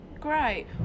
great